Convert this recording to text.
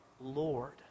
Lord